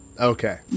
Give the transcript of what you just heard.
Okay